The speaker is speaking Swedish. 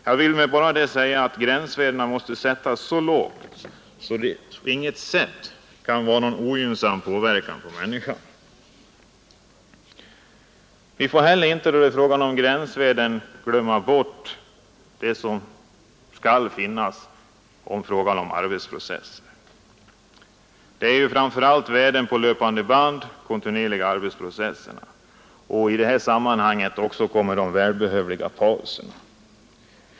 Jag vill med det säga att gränsvärdena måste sättas så lågt att de inte kan få någon som helst ogynnsam inverkan på människan. Vad som inte heller får glömmas bort i detta sammanhang är de gränsvärden som måste sättas vid arbetsprocessen. Det är framför allt värden för löpandeband och kontinuerliga arbetsprocesser samt de mycket välbehövliga pauserna.